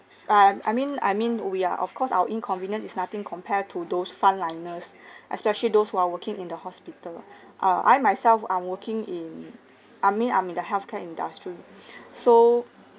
uh I mean I mean we are of course our inconvenience is nothing compared to those frontliners especially those who are working in the hospital lah uh I myself I'm working in I mean I'm in the healthcare industry so